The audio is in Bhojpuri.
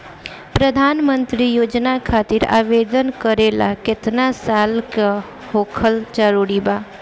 प्रधानमंत्री योजना खातिर आवेदन करे ला केतना साल क होखल जरूरी बा?